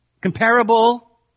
comparable